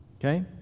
Okay